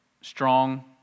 strong